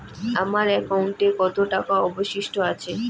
আমার একাউন্টে কত টাকা অবশিষ্ট আছে?